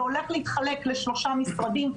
זה הולך להתחלק לשלושה משרדים.